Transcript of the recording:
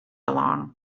along